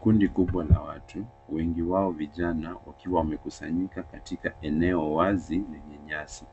Kundi kubwa la watu , wengi wao vijana wakiwa wamekusanyika katika eneo wazi lenye nyasi.